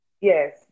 Yes